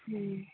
ᱦᱩᱸ